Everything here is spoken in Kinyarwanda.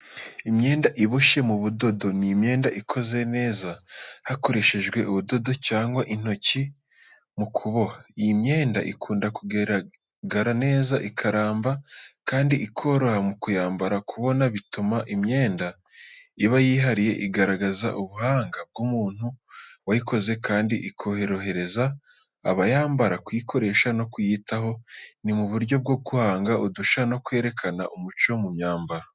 Imyenda iboshye mu budodo, ni imyenda ikoze neza hakoreshejwe ubudodo cyangwa intoki mu kuboha. Iyi myenda ikunda kugaragara neza, ikaramba kandi ikoroha mu kuyambara. Kuboha bituma imyenda iba yihariye, igaragaza ubuhanga bw’umuntu wayikoze, kandi ikorohereza abayambara kuyikoresha no kuyitaho. Ni uburyo bwo guhanga udushya no kwerekana umuco mu myambaro.